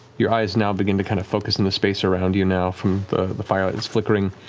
your eyes now begin to kind of focus on the space around you now, from the the firelight that's flickering,